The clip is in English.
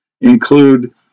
include